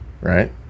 right